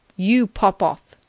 you pop off.